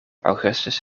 augustus